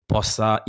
Possa